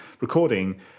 recording